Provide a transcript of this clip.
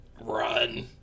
Run